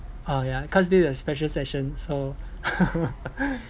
orh ya cause this is a special session so